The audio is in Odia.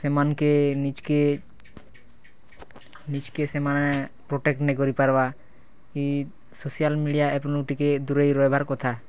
ସେମାନେ କେ ନିଜ୍ କେ ନିଜ୍ କେ ସେମାନେ ପ୍ରୋଟେକ୍ଟ୍ ନେଇ କରି ପାରବା ଇ ସୋସିଆଲ୍ ମିଡ଼ିଆ ଏପ୍ ନୁ ଟିକେ ଦୂରେଇ ରହିବାର୍ କଥା